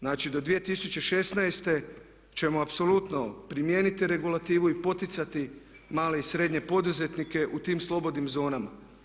Znači do 2016. ćemo apsolutno primijeniti regulativu i poticati male i srednje poduzetnike u tim slobodnim zonama.